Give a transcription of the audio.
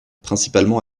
principalement